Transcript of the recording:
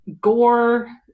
gore